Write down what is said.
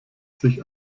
sich